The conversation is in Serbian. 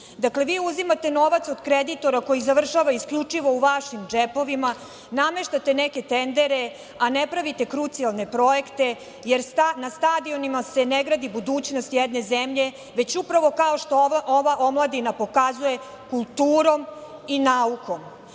Dakle, vi uzimate novac od kreditora koji završava isključivo u vašim džepovima. Nameštate neke tendere, a ne pravite krucijalne projekte, jer na stadionima se ne gradi budućnost jedne zemlje, već upravo kao što ova omladina pokazuje, kulturom i naukom. Dakle,